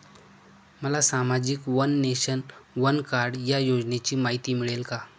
मला सामाजिक one nation, one card या योजनेची माहिती मिळेल का?